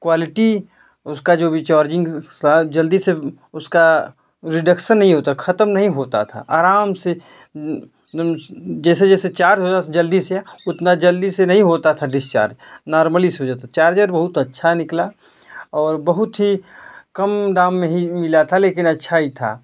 quality उसका जो भी चार्जिंग शा जल्दी से उसका रिडक्सन नहीं होता था खतम नहीं होता था आराम से जैसे जैसे चार्ज होता था जल्दी से उतना जल्दी से नहीं होता था डिसचार्ज नॉर्मली से हो जाता चार्जर बहुत अच्छा निकला और बहुत ही कम दाम में ही मिला था लेकिन अच्छा ही था